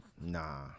Nah